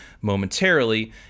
momentarily